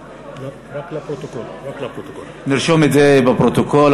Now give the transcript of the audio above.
אני מבקש להוסיף אותי, נרשום את זה בפרוטוקול.